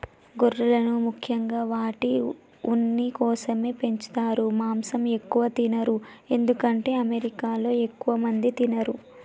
గొర్రెలను ముఖ్యంగా వాటి ఉన్ని కోసమే పెంచుతారు మాంసం ఎక్కువ తినరు ఎందుకంటే అమెరికాలో ఎక్కువ మంది తినరు